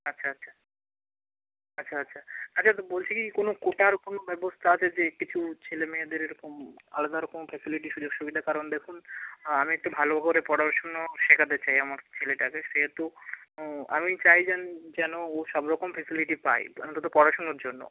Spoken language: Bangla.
আচ্ছা আচ্ছা আচ্ছা আচ্ছা আচ্ছা তো বলছি কি কোনো কোটার কোনো ব্যবস্তা আছে যে কিছু ছেলে মেয়েদের এরকম আলাদা রকম ফেসিলিটি সুযোগ সুবিধা কারণ দেখুন আমি একটু ভালো করে পড়াশুনো শেখাতে চাই আমার ছেলেটাকে সেহেতু আমি চাই যেন ও সব রকম ফেসিলিটি পায় অন্তত পড়াশুনোর জন্য